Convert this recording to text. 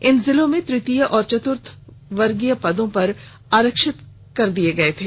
इन जिलों में तृतीय और चतुर्थ वर्गीय पद पर आरक्षित कर दिये गये थे